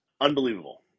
unbelievable